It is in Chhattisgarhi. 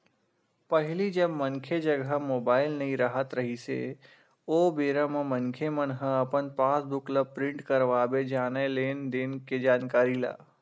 पहिली जब मनखे जघा मुबाइल नइ राहत रिहिस हे ओ बेरा म मनखे मन ह अपन पास बुक ल प्रिंट करवाबे जानय लेन देन के जानकारी ला